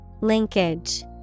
Linkage